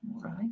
right